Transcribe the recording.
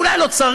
אולי לא צריך,